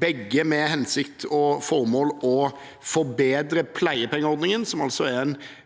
begge med hensikt og formål å forbedre pleiepengeordningen, som altså